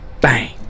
Bang